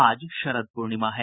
आज शरद पूर्णिमा है